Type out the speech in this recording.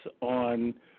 on